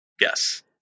yes